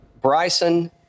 Bryson